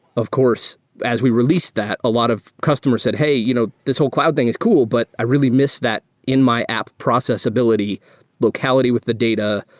of course, as we release that, a lot of customers said, hey, you know this whole cloud thing is cool, but i really miss that in my app processability locality with the data,